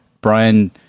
Brian